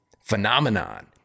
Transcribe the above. phenomenon